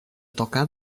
tocar